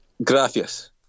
Gracias